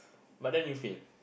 but then you fail